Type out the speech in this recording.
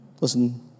Listen